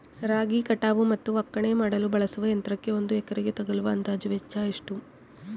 ರಾಗಿ ಕಟಾವು ಮತ್ತು ಒಕ್ಕಣೆ ಮಾಡಲು ಬಳಸುವ ಯಂತ್ರಕ್ಕೆ ಒಂದು ಎಕರೆಗೆ ತಗಲುವ ಅಂದಾಜು ವೆಚ್ಚ ಎಷ್ಟು?